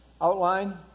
outline